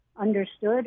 understood